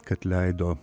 kad leido